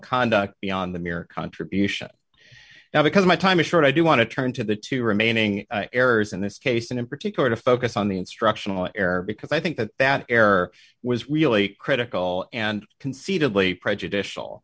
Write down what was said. conduct beyond the mere contribution now because my time is short i do want to turn to the two remaining errors in this case and in particular to focus on the instructional error because i think that that error was really critical and conceivably prejudicial